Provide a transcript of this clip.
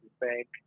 bank